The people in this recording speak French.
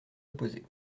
opposer